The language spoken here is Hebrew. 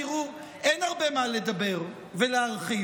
תראו, אין הרבה מה לדבר ולהרחיב.